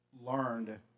learned